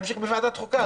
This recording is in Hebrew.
ולהמשיך בוועדת החוקה?